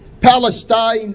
Palestine